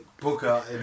Booker